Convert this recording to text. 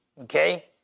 Okay